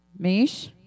Mish